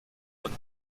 und